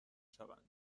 شوند